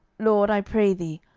lord, i pray thee,